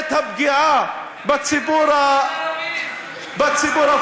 ואת הפגיעה בציבור, ערבים, ערבים.